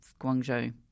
Guangzhou